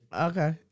Okay